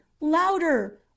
louder